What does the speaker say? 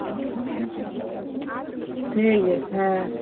ᱴᱷᱤᱠ ᱜᱮᱭᱟ ᱦᱮᱸ